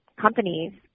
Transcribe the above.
companies